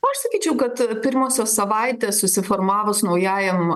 nu aš sakyčiau kad pirmosios savaitės susiformavus naujajam